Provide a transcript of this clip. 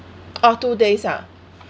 oh two days ah